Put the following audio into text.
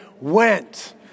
went